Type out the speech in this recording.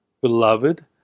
Beloved